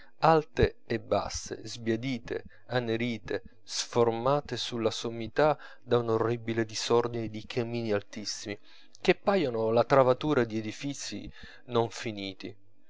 alte e basse sbiadite annerite sformate sulla sommità da un orribile disordine di camini altissimi che paiono la travatura di edifizi non finiti